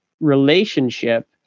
relationship